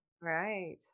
right